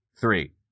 three